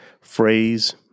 phrase